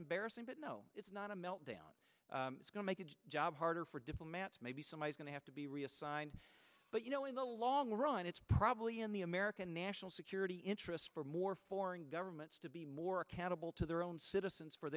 embarrassing but no it's not a meltdown it's going to make its job harder for diplomats maybe someone is going to have to be reassigned but you know in the long run it's probably in the american national security interest for more foreign governments to be more accountable to their own citizens for